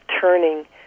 turning